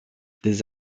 des